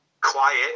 quiet